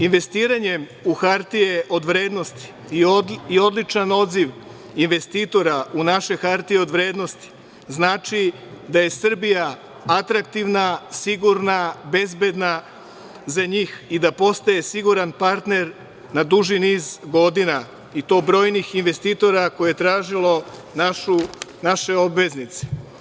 Investiranjem u hartije od vrednosti i odličan odziv investitora u naše hartije od vrednosti znači da je Srbija atraktivna, sigurna, bezbedna za njih i da postaje siguran partner na duži niz godina i to brojnih investitora koji su tražili naše obveznice.